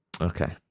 Okay